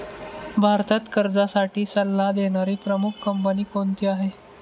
भारतात कर्जासाठी सल्ला देणारी प्रमुख कंपनी कोणती आहे?